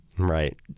Right